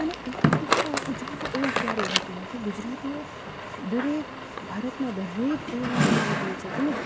અને એક જ ઉત્સવ ઉજવવો એવુ ક્યારેય હોતું નથી ગુજરાતીઓ દરેક ભારતના દરેક તહેવારોને ઉજવે છે તેમજ